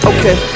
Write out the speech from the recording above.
Okay